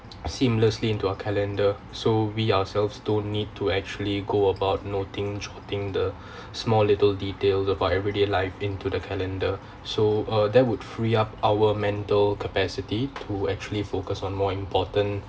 seamlessly into our calendar so we ourselves don't need to actually go about noting jotting the small little details of our everyday life into the calendar so uh that would free up our mental capacity to actually focus on more important